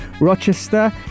Rochester